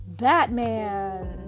batman